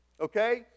Okay